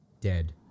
dead